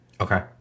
Okay